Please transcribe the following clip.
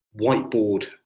whiteboard